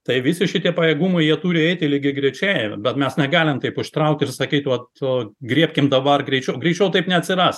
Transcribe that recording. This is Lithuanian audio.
tai visi šitie pajėgumai jie turi eiti lygiagrečiai bet mes negalim taip užtraukti ir sakyt vat griebkim dabar greičiau greičiau taip neatsiras